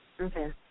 Okay